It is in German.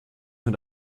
mit